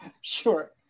Sure